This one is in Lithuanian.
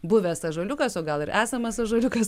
buvęs ąžuoliukas o gal ir esamas ąžuoliukas